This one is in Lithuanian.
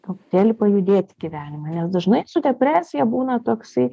truputėlį pajudėt į gyvenimą nes dažnai su depresija būna toksai